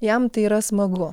jam tai yra smagu